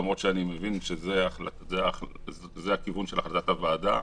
למרות שאני מבין שזה הכיוון של החלטת הוועדה,